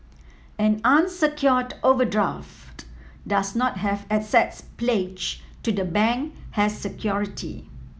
an unsecured overdraft does not have assets pledged to the bank as security